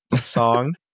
song